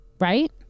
right